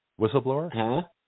Whistleblower